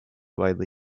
widely